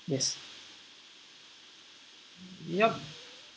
yes yup